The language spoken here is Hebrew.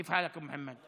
כיף חאלכ, אבו מוחמד?